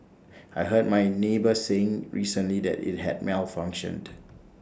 I heard my neighbour saying recently that IT had malfunctioned